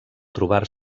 trobar